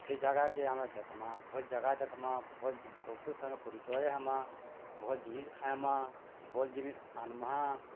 ସେ ଜାଗାକେ ଆମେ ଦେଖ୍ମା ଭଲ୍ ଜାଗା ଦେଖ୍ମା ଭଲ୍ ଲୋକଙ୍କ ସାଙ୍ଗେ ପରିଚୟ ହେମା ଭଲ୍ ଜିନିଷ୍ ଖାଏମା ଭଲ୍ ଜିନିଷ୍ ଆଣ୍ମା